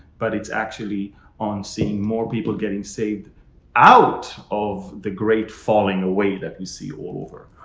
but it's actually on seeing more people getting saved out of the great falling away that we see all over.